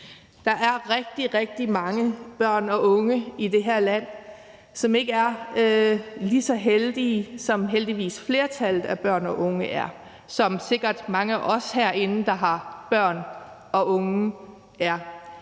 Der er rigtig, rigtig mange børn og unge i det her land, som ikke er lige så heldige, som flertallet af børn og unge heldigvis er, og som mange af os herinde, der har børn og unge,